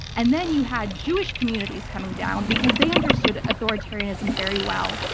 and then you had jewish communities coming down because they understood authoritarianism very well,